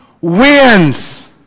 wins